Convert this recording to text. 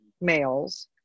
males